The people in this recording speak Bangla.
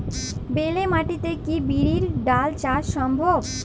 বেলে মাটিতে কি বিরির ডাল চাষ সম্ভব?